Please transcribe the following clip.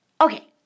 Okay